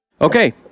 Okay